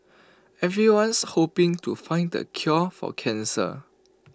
everyone's hoping to find the cure for cancer